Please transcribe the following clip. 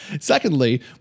Secondly